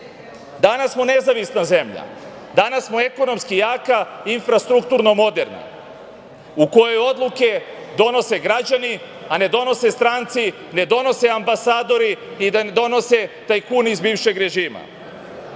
smo nezavisna zemlja, danas smo ekonomski jaka i infrastrukturno moderna, u kojoj odluke donese građani, a ne donose stranci, ne donose ambasadori i ne donose tajkuni iz bivšeg režima. Da